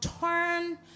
turn